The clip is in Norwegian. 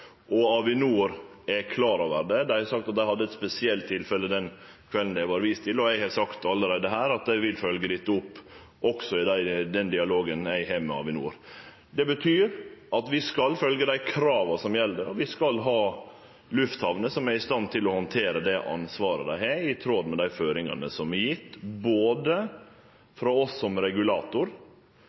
Og Avinor er klar over det. Dei har sagt at dei hadde eit spesielt tilfelle den kvelden det var vist til, og eg har allereie sagt her at eg vil følgje dette opp også i den dialogen eg har med Avinor. Det betyr at vi skal følgje dei krava som gjeld, og vi skal ha lufthamner som er i stand til å handtere det ansvaret dei har, i tråd med dei føringane som er gjevne, både frå oss som regulator